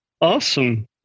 Awesome